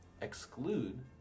exclude